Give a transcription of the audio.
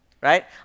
right